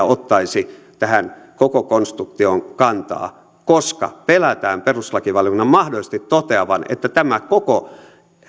ottaisi tähän koko konstruktioon kantaa koska pelätään perustuslakivaliokunnan mahdollisesti toteavan että tämä koko